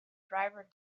driver